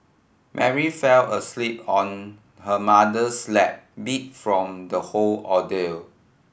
Mary fell asleep on her mother's lap beat from the whole ordeal